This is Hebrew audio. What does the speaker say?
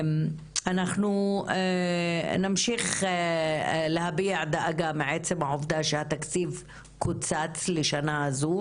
אנחנו נמשיך להביע דאגה מעצם העובדה שהתקציב קוצץ לשנה זו,